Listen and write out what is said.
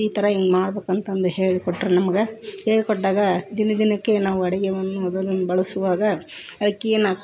ಈ ಥರ ಹೀಗ್ ಮಾಡ್ಬೇಕು ಅಂತಂದು ಹೇಳ್ಕೊಟ್ರು ನಮ್ಗೆ ಹೇಳ್ಕೊಟ್ಟಾಗ ದಿನ ದಿನಕ್ಕೆ ನಾವು ಅಡುಗೆಯನ್ನು ಮೊದಲು ಬಳಸುವಾಗ ಅಕ್ಕಿಯನ್ನು